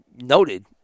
noted